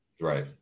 right